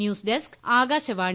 news desk Akashvani